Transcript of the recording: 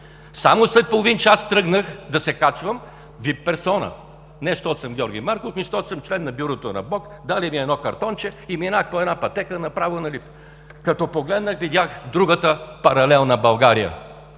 Само след половин час тръгнах да се качвам – випперсона, не защото съм Георги Марков, а защото съм член на Бюрото на БОК, дали ми едно картонче и минах по една пътека направо на лифта. Като погледнах, видях другата паралелна България